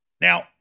Now